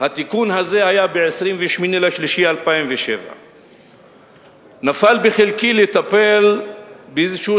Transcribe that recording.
ב-28 במרס 2007. נפל בחלקי לטפל באיזשהו